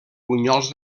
bunyols